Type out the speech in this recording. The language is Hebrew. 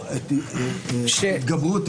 הפרופורציות,